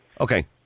Okay